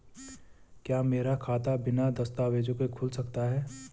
क्या मेरा खाता बिना दस्तावेज़ों के खुल सकता है?